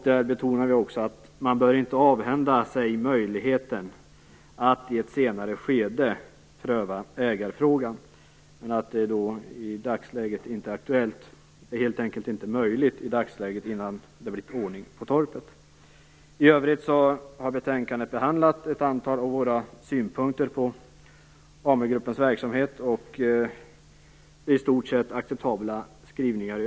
Där betonar vi att man inte bör avhända sig möjligheten att i ett senare skede pröva ägarfrågan men att det i dagsläget inte är aktuellt, helt enkelt inte är möjligt, innan det blir ordning på torpet. I övrigt har utskottet behandlat ett antal av våra synpunkter på AmuGruppens verksamhet. Det är i stort sett acceptabla skrivningar.